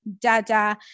dada